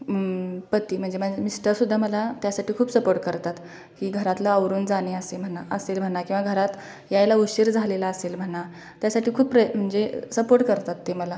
पती म्हणजे माझे मिस्टरसुद्धा मला त्यासाठी खूप सपोट करतात की घरातलं आवरून जाणे असे म्हणा असेल म्हणा किंवा घरात यायला उशीर झालेला असेल म्हणा त्यासाठी खूप प्रयत्न म्हणजे सपोट करतात ते मला